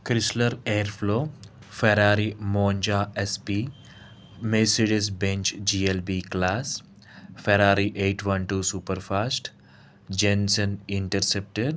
Chrysler Airflow Ferrari Monza SP Mercedes Benz GLB class Ferrari eight one two super fast Jensen interceptor